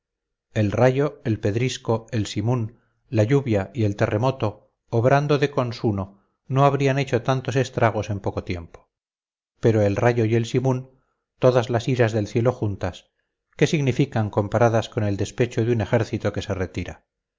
el rayo el pedrisco el simoún la lluvia y el terremoto obrando de consuno no habrían hecho tantos estragos en poco tiempo pero el rayo y el simoún todas las iras del cielo juntas qué significan comparadas con el despecho de un ejército que se retira